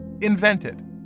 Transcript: Invented